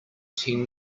ten